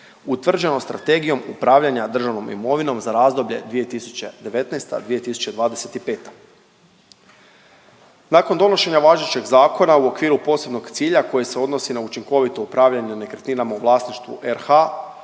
utvrđeno Strategijom upravljanja državnom imovinom za razdoblje 2019.-20205. Nakon donošenja važećeg zakona u okviru posebnog cilja koje se odnosi na učinkovito upravljanje nekretninama u vlasništvu RH